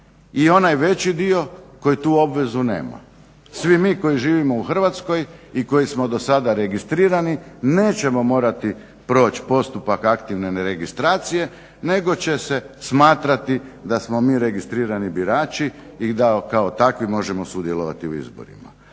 i onaj veći dio koji tu obvezu nema. Svi mi koji živimo u Hrvatskoj i koji smo do sada registrirani nećemo morati proći postupak aktivne registracije nego će se smatrati da smo mi registrirani birači i da kao takvi možemo sudjelovati u izborima.